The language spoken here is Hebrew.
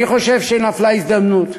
אני חושב שנפלה הזדמנות,